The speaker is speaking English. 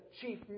chief